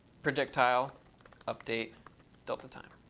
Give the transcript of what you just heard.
projectile update delta time.